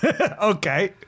Okay